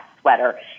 sweater